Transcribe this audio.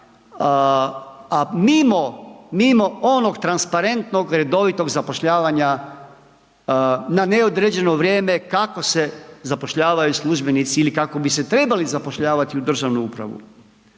mimo onog transparentnog redovitog zapošljavanja na neodređeno vrijeme kako se zapošljavaju službenici ili kako bi se trebali zapošljavati u državnu upravu.